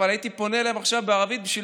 אבל הייתי פונה אליהם עכשיו בערבית בשביל